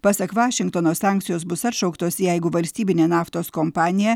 pasak vašingtono sankcijos bus atšauktos jeigu valstybinė naftos kompanija